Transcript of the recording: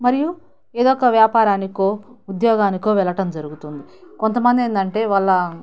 మరియు ఏదో ఒక వ్యాపారానికో ఉద్యోగానికో వెళ్ళటం జరుగుతుంది కొంతమంది ఏంటంటే వాళ్ళ